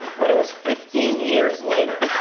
but it was fifteen years later.